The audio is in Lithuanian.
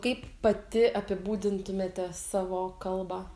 kaip pati apibūdintumėte savo kalbą